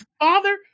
father